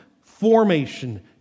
formation